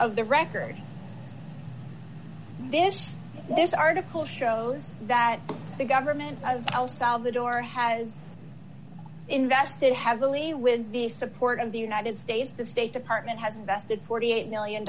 of the record this is just this article shows that the government of el salvador has invested heavily with the support of the united states the state department has invested forty eight million